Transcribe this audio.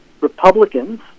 republicans